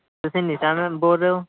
ਤੁਸੀਂ ਨੀਸ਼ਾ ਮੈਮ ਬੋਲ ਰਹੇ ਹੋ